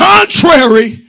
Contrary